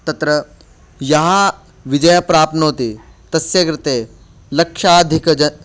तत्र यः विजयं प्राप्नोति तस्य कृते लक्षाधिकं